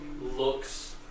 looks